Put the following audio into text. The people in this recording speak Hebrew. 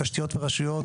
תשתיות ורשויות,